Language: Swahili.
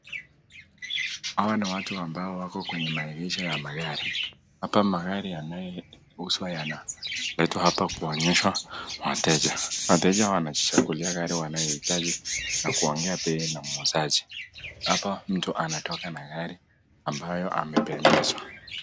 Hawa ni watu ambao wako kwenye maegesho ya magari. Hapa magari yanayouzwa yanaletwa hapa kuonyeshwa wateja. Wateja wanajichakulia gari wanaoitaji na kuongea bei na mwuzaji. Hapa mtu anatoka na gari ambayo amependezwa.